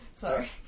Sorry